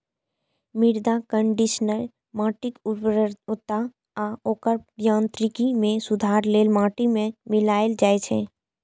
मृदा कंडीशनर माटिक उर्वरता आ ओकर यांत्रिकी मे सुधार लेल माटि मे मिलाएल जाइ छै